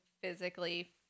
physically